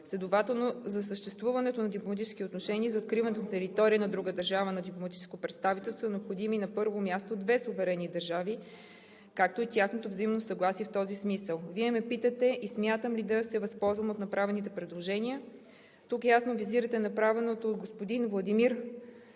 Следователно за съществуването на дипломатически отношения за откриването на територия на друга държава на дипломатическо представителство е необходимо, на първо място, две суверенни държави, както и тяхното взаимно съгласие в този смисъл. Вие ме питате: смятам ли да се възползвам от направените предложения? Тук ясно визирате направеното от господин Владимир